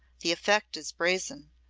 the effect is brazen.